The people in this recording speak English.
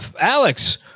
Alex